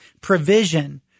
provision